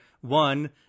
one